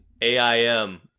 AIM